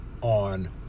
on